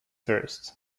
first